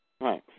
Right